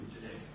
today